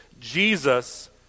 Jesus